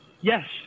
Yes